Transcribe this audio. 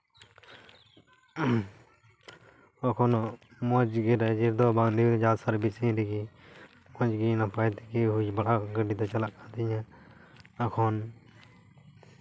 ᱮᱠᱷᱚᱱ ᱦᱚᱸ ᱢᱚᱡᱽ ᱜᱮ ᱜᱟᱹᱰᱤ ᱫᱚ ᱛᱟᱦᱮᱸ ᱠᱟᱱ ᱛᱤᱧᱟᱹ ᱡᱟ ᱥᱟᱨᱵᱷᱤᱥᱤᱝ ᱨᱮᱜᱮ ᱢᱚᱡᱽ ᱜᱮ ᱱᱟᱯᱟᱭ ᱛᱮᱜᱮ ᱜᱟᱹᱰᱤ ᱫᱚ ᱪᱟᱞᱟᱜ ᱠᱟᱱ ᱛᱤᱧᱟᱹ ᱮᱠᱷᱚᱱ